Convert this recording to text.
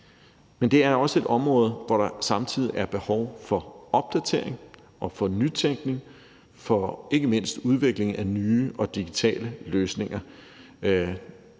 Men det er også et område, hvor der samtidig er behov for opdatering og for nytænkning, for ikke mindst udvikling af nye og digitale løsninger,